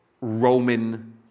Roman